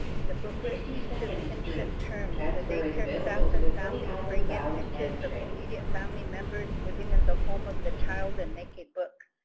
the booklet teaches kinship terms. the day care staff and families bring in pictures of immediate family members living in the home of the child and make a book.